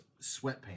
sweatpants